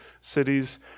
cities